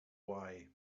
why